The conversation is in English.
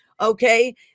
okay